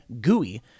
gooey